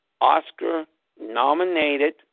Oscar-nominated